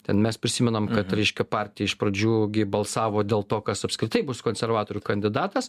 ten mes prisimenam kad reiškia partija iš pradžių gi balsavo dėl to kas apskritai bus konservatorių kandidatas